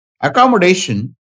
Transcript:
Accommodation